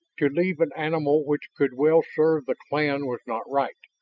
to leave an animal which could well serve the clan was not right.